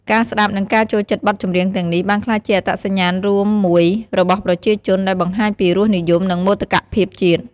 ការស្តាប់ និងការចូលចិត្តបទចម្រៀងទាំងនេះ បានក្លាយជា អត្តសញ្ញាណរួមមួយរបស់ប្រជាជន ដែលបង្ហាញពីរសនិយម និងមោទកភាពជាតិ។